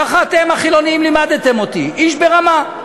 ככה אתם החילונים לימדתם אותי איש ברמה.